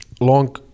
long